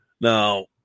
Now